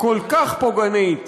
כל כך פוגענית,